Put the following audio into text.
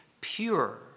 pure